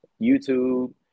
YouTube